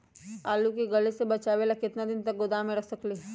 आलू के गले से बचाबे ला कितना दिन तक गोदाम में रख सकली ह?